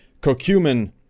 Curcumin